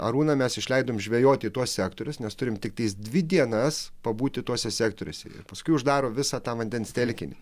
arūną mes išleidom žvejoti į tuos sektorius nes turim tiktais dvi dienas pabūti tuose sektoriuose paskui uždaro visą tą vandens telkinį